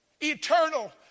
Eternal